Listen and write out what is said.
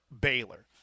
Baylor